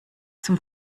zum